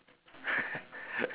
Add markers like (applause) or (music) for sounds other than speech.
(laughs)